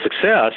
success